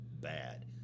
bad